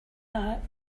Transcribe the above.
that